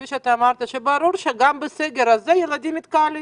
כפי שאמרת, ברור שגם בסגר הזה ילדים מתקהלים,